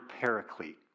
paraclete